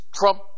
Trump